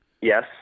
Yes